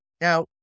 Now